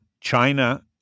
China